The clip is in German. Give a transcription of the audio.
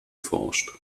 forscht